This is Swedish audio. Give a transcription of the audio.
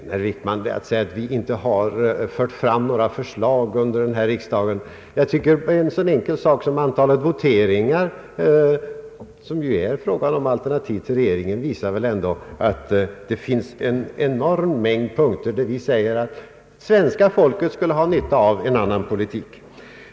Herr Wickman påstår att vi inte har fört fram några förslag under denna riksdag. Jag tycker att en så enkel sak som antalet voteringar, som ju gäller alternativ till regeringens förslag, väl ändå visar att det finns en enorm mängd punkter, där vi påstår att svenska folket skulle ha nytta av en annan politik.